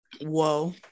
whoa